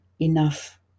enough